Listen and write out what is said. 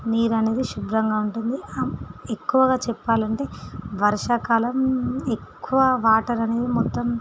నీరు అనేది శుభ్రంగా ఉంటుంది ఎక్కువగా చెప్పాలి అంటే వర్షాకాలం ఎక్కువ వాటర్ అనేది మొత్తం